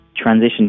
Transition